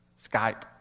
Skype